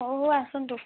ହଉ ହଉ ଆସନ୍ତୁ